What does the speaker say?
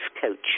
coach